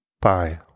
Bye